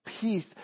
peace